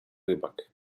rybak